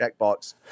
checkbox